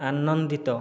ଆନନ୍ଦିତ